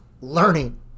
learning